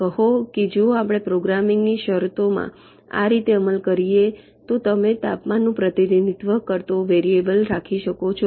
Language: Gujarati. કહો કે જો આપણે પ્રોગ્રામિંગની શરતોમાં આ રીતે અમલ કરીએ તો તમે તાપમાનનું પ્રતિનિધિત્વ કરતો વેરિયેબલ રાખી શકો છો